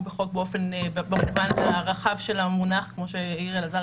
בחוק במובן הרחב של המונח - כמו שהעיר אלעזר,